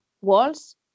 walls